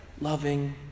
loving